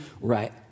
right